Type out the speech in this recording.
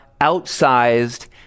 outsized